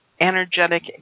energetic